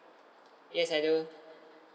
yes I do